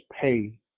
pay